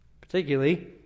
Particularly